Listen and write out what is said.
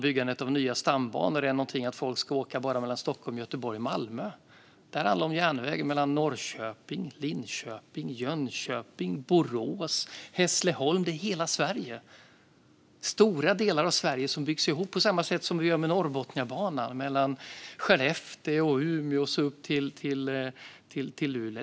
Byggandet av nya stambanor har inte att göra med att folk bara ska åka mellan Stockholm, Göteborg och Malmö. Det handlar om järnväg som går via Norrköping, Linköping, Jönköping, Borås och Hässleholm, ja, hela Sverige. Stora delar av Sverige byggs ihop. På samma sätt gör vi med Norrbotniabanan mellan Skellefteå, Umeå och upp till Luleå.